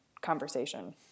conversation